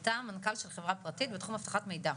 אתה מנכ"ל של חברה פרטית, בתחום אבטחת מידע?